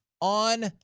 on